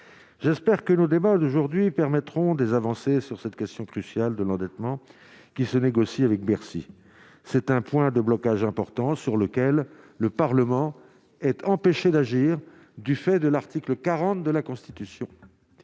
j'espère que nos débats d'aujourd'hui permettront des avancées sur cette question cruciale de l'endettement qui se négocient avec Bercy, c'est un point de blocage important sur lequel le Parlement ait empêché d'agir du fait de l'article 40 de la Constitution,